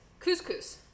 couscous